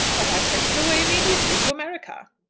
but i sent him away immediately to america.